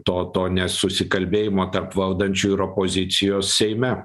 to to nesusikalbėjimo tarp valdančių ir opozicijos seime